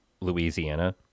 Louisiana